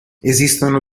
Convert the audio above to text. esistono